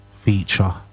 feature